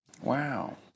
Wow